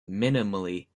minimally